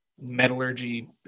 Metallurgy